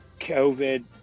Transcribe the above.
COVID